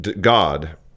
God